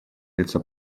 лица